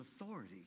authority